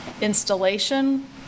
installation